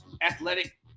athletic